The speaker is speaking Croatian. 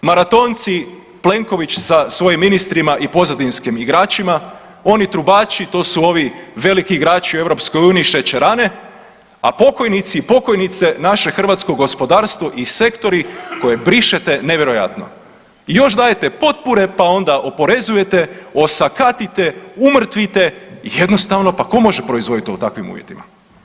Maratonci Plenković sa svojim ministrima i pozadinskim igračima oni trubači to su ovi veliki igrači u EU šećerane, a pokojnici i pokojnice naše hrvatsko gospodarstvo i sektori koje brišete nevjerojatno i još dajete potpore pa onda oporezujete, osakatite, umrtvite i jednostavno pa ko može proizvoditi u takvim uvjetima.